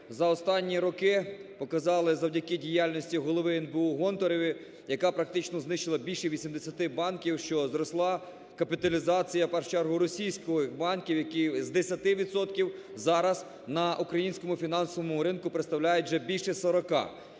за останні роки показали завдяки діяльності Голови НБУ Гонтаревої, яка практично знищила більше 80 банків, що зросла капіталізація в першу чергу російських банків, які з 10 відсотків зараз на українському фінансовому ринку представляють вже більше 40